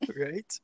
right